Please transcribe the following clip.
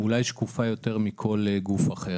אולי היא שקופה יותר מכל גוף אחר.